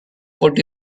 put